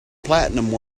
platinum